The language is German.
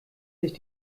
sich